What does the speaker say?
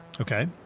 Okay